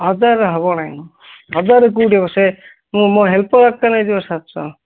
ହଜାର ହେବ ନାହିଁ ହଜାର କେଉଁଠି ହେବ ସେ ମୁଁ ମୋ ହେଲ୍ପର୍ଟା ନେଇଯିବ ସାତଶହ